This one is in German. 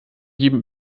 jedem